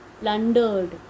plundered